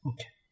Okay